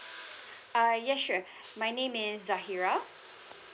uh yes sure my name is zahira